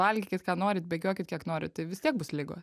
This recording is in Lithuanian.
valgykit ką norit bėgiokit kiek norit tai vis tiek bus ligos